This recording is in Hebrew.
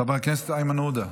חבר הכנסת איימן עודה,